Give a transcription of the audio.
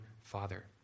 father